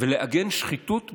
ולעגן שחיתות בחקיקה,